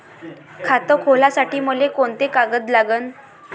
खात खोलासाठी मले कोंते कागद लागन?